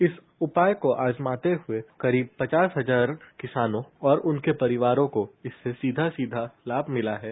इस उपाय को आजमाते हुये करीब पचास हजार किसानों और उनके परिवारों को इससे सीधा सीधा लाभ मिला है